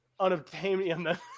unobtainium